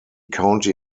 county